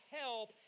help